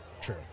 True